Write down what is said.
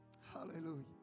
Hallelujah